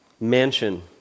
Mansion